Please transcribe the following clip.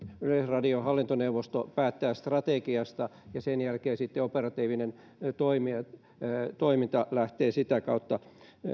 yleisradion hallintoneuvosto päättää strategiasta ja sen jälkeen operatiivinen toiminta lähtee sitä kautta